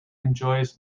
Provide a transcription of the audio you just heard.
enjoys